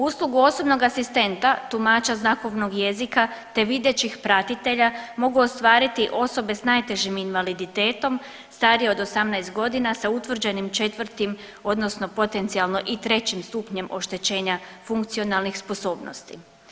Uslugu osobnog asistenta tumača znakovnog jezika te videćih pratitelja mogu ostvariti osobe s najtežim invaliditetom starije od 18 godina sa utvrđenim 4. odnosno potencijalno i 3. stupnjem oštećenja funkcionalnih sposobnosti.